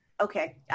Okay